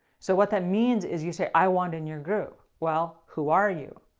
so what that means is, you say i want in your group. well, who are you?